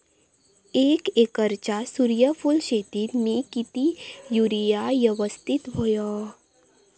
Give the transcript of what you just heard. एक एकरच्या सूर्यफुल शेतीत मी किती युरिया यवस्तित व्हयो?